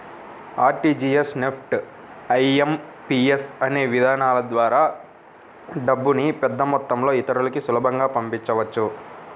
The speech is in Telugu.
ఆర్టీజీయస్, నెఫ్ట్, ఐ.ఎం.పీ.యస్ అనే విధానాల ద్వారా డబ్బుని పెద్దమొత్తంలో ఇతరులకి సులభంగా పంపించవచ్చు